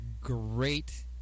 great